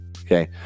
Okay